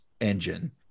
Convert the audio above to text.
engine